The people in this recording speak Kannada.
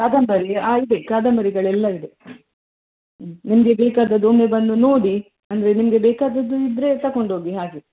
ಕಾದಂಬರಿ ಆ ಇದೆ ಕಾದಂಬರಿಗಳೆಲ್ಲ ಇದೆ ನಿಮಗೆ ಬೇಕಾದದು ಒಮ್ಮೆ ಬಂದು ನೋಡಿ ಅಂದರೆ ನಿಮಗೆ ಬೇಕಾದದ್ದು ಇದ್ದರೆ ತಕೊಂಡೋಗಿ ಹಾಗೆ